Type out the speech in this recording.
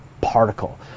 particle